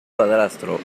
padrastro